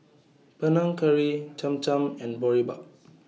Panang Curry Cham Cham and Boribap